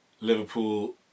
Liverpool